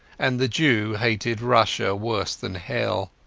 and the jew hated russia worse than hell.